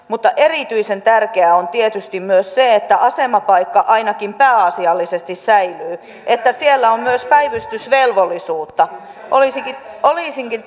mutta erityisen tärkeää on tietysti myös se että asemapaikka ainakin pääasiallisesti säilyy että siellä on myös päivystysvelvollisuutta olisinkin olisinkin